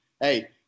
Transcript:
Hey